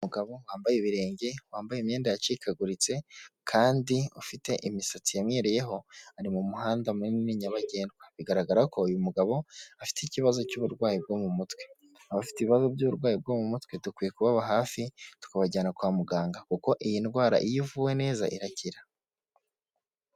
Umugabo wambaye ibirenge wambaye imyenda yacikaguritse kandi ufite imisatsi yamwereyeho, ari mu muhanda munini nyabagendwa. Bigaragara ko uyu mugabo afite ikibazo cy'uburwayi bwo mu mutwe, abafite ibibazo by'uburwayi bwo mu mutwe dukwiye kubaba hafi, tukabajyana kwa muganga kuko iyi ndwara iyo ivuwe neza irakira.